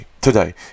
today